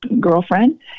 girlfriend